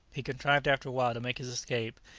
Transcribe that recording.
he contrived after a while to make his escape,